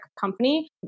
company